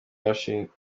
warashinzwe